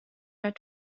ett